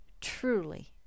truly